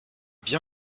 bien